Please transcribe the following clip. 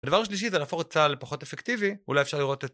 הדבר השלישי זה להפוך את צהל לפחות אפקטיבי, אולי אפשר לראות את